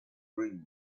bring